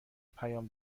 پیام